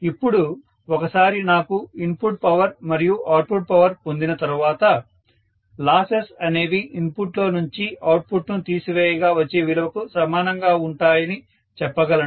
ఇప్పుడు ఒకసారి నాకు ఇన్పుట్ పవర్ మరియు అవుట్పుట్ పవర్ పొందిన తర్వాత లాసెస్ అనేవి ఇన్పుట్ లో నుంచి అవుట్పుట్ ను తీసివేయగా వచ్చే విలువకు సమానంగా ఉంటాయని చెప్పగలను